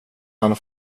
han